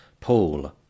Paul